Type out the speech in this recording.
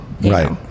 Right